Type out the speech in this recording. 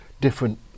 different